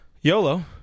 YOLO